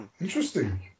Interesting